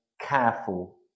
careful